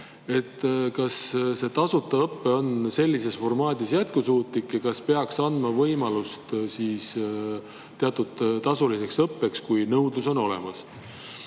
ei ole tasuta õpe sellises formaadis jätkusuutlik ja ehk peaks andma võimaluse teatud tasuliseks õppeks, kui nõudlus on olemas.